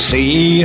See